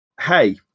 hey